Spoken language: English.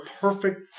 perfect